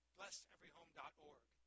BlessEveryHome.org